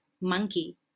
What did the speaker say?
monkey